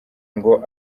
ngo